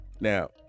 Now